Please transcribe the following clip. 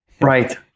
Right